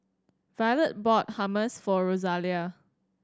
violet bought Hummus for Rosalia